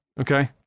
Okay